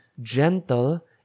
gentle